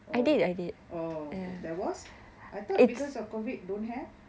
oh oh oh there was I thought because of COVID don't have